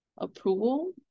approval